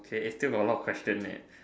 okay still got a lot of question leh